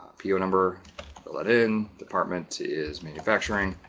po number, the let in department is manufacturing.